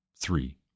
three